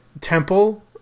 temple